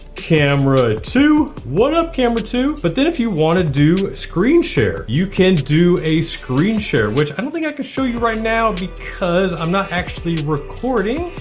camera two. what up camera two. but then if you wanna do screen share, you can do a screen share, which i don't think i can show you right now because i'm not actually recording.